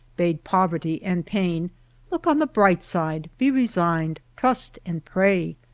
bade poverty and pain look on the bright side, be re signed, trust and pray.